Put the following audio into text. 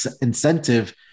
incentive